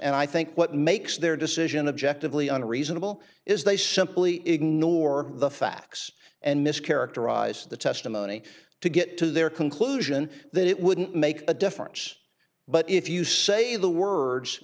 and i think what makes their decision objective leon reasonable is they simply ignore the facts and mischaracterize the testimony to get to their conclusion that it wouldn't make a difference but if you say the words